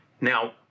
Now